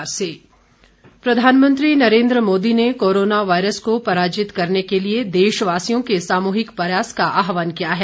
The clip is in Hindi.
प्रधानमंत्री प्रधानमंत्री नरेन्द्र मोदी ने कोरोना वायरस को पराजित करने के लिए देशवासियों के सामूहिक प्रयास का आहवान किया है